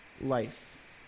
life